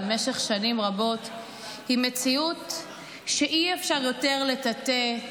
במשך שנים רבות היא מציאות שאי-אפשר יותר לטאטא,